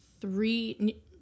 three